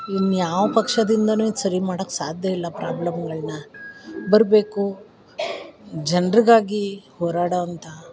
ಇನ್ಯಾವ ಪಕ್ಷದಿಂದ ಇದು ಸರಿಮಾಡೋಕ್ ಸಾಧ್ಯಯಿಲ್ಲ ಪ್ರಾಬ್ಲಮ್ಗಳನ್ನ ಬರಬೇಕು ಜನರಿಗಾಗಿ ಹೊರಾಡೋವಂಥ